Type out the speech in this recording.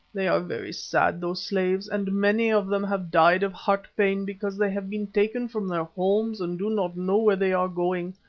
they are very sad, those slaves, and many of them have died of heart-pain because they have been taken from their homes and do not know where they are going.